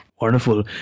Wonderful